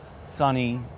sunny